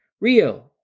Rio